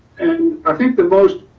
and i think the most,